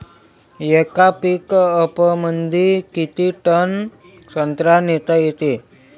येका पिकअपमंदी किती टन संत्रा नेता येते?